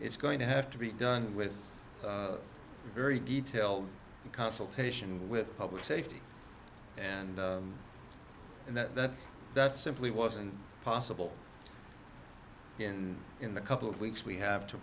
it's going to have to be done with very detailed consultation with public safety and and that that simply wasn't possible and in the couple of weeks we have to